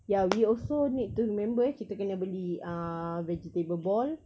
ya we also need to remember eh kita kena beli uh vegetable ball